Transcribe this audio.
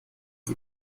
die